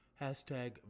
Hashtag